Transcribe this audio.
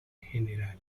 gral